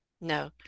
no